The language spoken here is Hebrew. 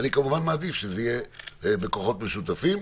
ואני כמובן מעדיף שזה יהיה בכוחות משותפים.